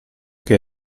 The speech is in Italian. che